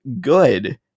good